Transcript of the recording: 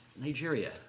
Nigeria